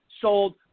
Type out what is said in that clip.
Sold